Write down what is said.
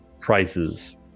prices